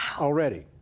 already